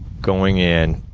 going in,